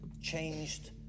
changed